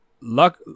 luck